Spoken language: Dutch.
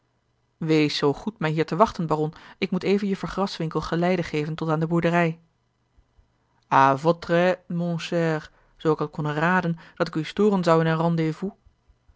wees zoo goed mij hier te wachten baron ik moet even juffer graswinckel geleide geven tot aan de boerderij a votre aise mon cher zoo ik had konnen raden dat ik u storen zou in een